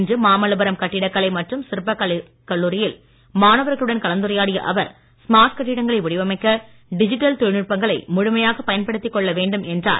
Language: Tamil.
இன்று மாமல்லபுரம் கட்டிடக் கலை மற்றும் சிற்பக் கலைக் கல்லூரியில் மாணவர்களுடன் கலந்துரையாடிய அவர் ஸ்மார்ட் கட்டிடங்களை வடிவமைக்க டிஜிட்டல் தொழில் நுட்பங்களை முழுமையாகப் பயன்படுத்திக் கொள்ள வேண்டும் என்றார்